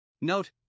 Note